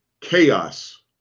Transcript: chaos